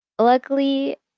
Luckily